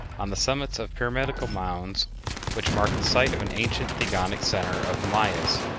on the summits of pyramidal mounds which mark the site of an ancient theogonic center of the mayas.